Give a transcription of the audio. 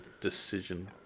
decision